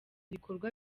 ibikorwa